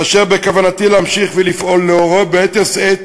ואשר בכוונתי להמשיך ולפעול לאורו ביתר שאת